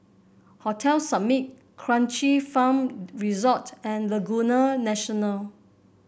Hotel Summit Kranji Farm Resort and Laguna National